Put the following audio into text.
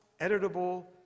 editable